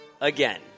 again